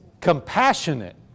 compassionate